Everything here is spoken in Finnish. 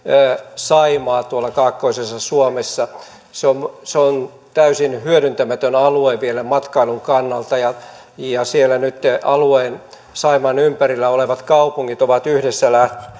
saimaa tuolla kaakkoisessa suomessa se on se on vielä täysin hyödyntämätön alue matkailun kannalta ja ja siellä alueen saimaan ympärillä olevat kaupungit ovat yhdessä